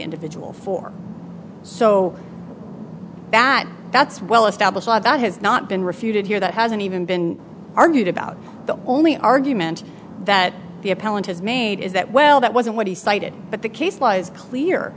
individual for so that that's well established law that has not been refuted here that hasn't even been argued about the only argument that the appellant has made is that well that wasn't what he cited but the case law is clear